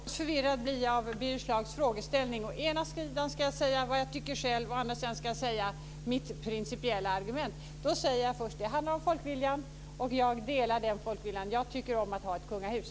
Herr talman! Jag blir något förvirrad av Birger Schlaugs frågeställning. Å ena sidan ska jag säga vad jag tycker själv och å andra sidan ska jag framföra mitt principiella argument. Då säger jag först att det handlar om folkviljan, och jag delar den folkviljan. Jag tycker om att ha ett kungahus.